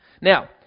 Now